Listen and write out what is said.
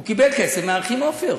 הוא קיבל כסף מהאחים עופר,